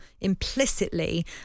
implicitly